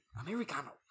Americano